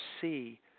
see